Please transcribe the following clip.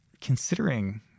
considering